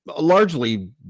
largely